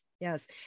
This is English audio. Yes